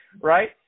right